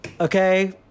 Okay